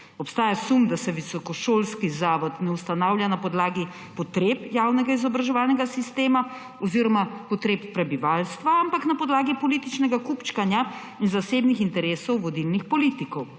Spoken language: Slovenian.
Obstaja sum, da se visokošolski zavod ne ustanavlja na podlagi potreb javnega izobraževalnega sistema oziroma potreb prebivalstva, ampak na podlagi političnega kupčkanja in zasebnih interesov vodilnih politikov.